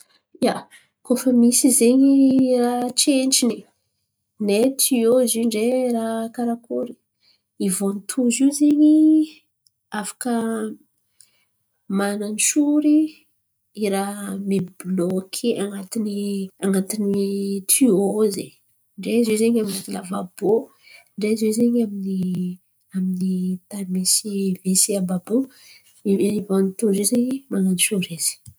Ia, koa fa misy zen̈y raha tsentsin̈y ivantozy ne tiô zio ne raha Karakory ivantozy io zen̈y afaka manantsory raha mibiloke an̈atin’ny tiô ao zen̈y. Ndray zo an̈atiny lavabô ndray zo zen̈y amin’ny tany misy WC àby àby io ivantozy io zen̈y manantsory izy.